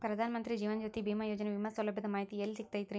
ಪ್ರಧಾನ ಮಂತ್ರಿ ಜೇವನ ಜ್ಯೋತಿ ಭೇಮಾಯೋಜನೆ ವಿಮೆ ಸೌಲಭ್ಯದ ಮಾಹಿತಿ ಎಲ್ಲಿ ಸಿಗತೈತ್ರಿ?